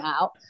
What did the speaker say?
out